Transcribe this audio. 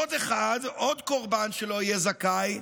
עוד קורבן שלא יהיה זכאי,